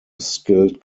skilled